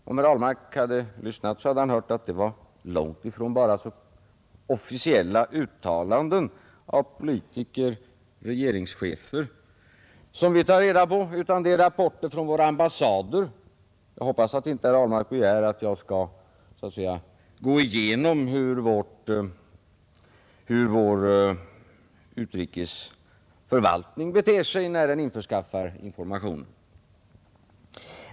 Om herr Ahlmark hade lyssnat så hade han hört att det är långt ifrån bara officiella uttalanden av regeringschefer och andra politiker som vi tar reda på. Vi får också rapporter från våra ambassader — jag hoppas att inte herr Ahlmark begär att jag skall gå igenom hur vår utrikesförvaltning beter sig när den införskaffar information.